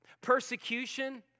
persecution